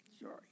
Sorry